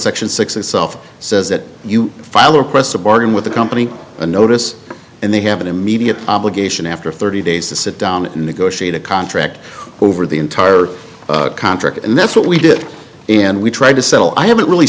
section six itself says that you file a request to bargain with the company a notice and they have an immediate obligation after thirty days to sit down and negotiate a contract over the entire contract and that's what we did and we tried to settle i haven't really